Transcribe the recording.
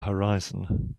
horizon